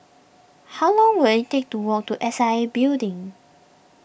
how long will it take to walk to S I A Building